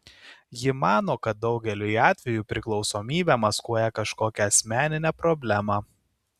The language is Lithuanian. ji mano kad daugeliu atveju priklausomybė maskuoja kažkokią asmeninę problemą